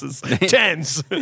Tens